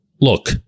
Look